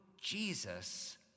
Jesus